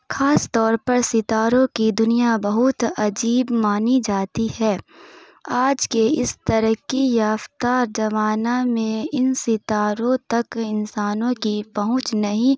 خاص طور پر ستاروں کی دنیا بہت عجیب مانی جاتی ہے آج کے اس ترقی یافتہ زمانہ میں ان ستاروں تک انسانوں کی پہنچ نہیں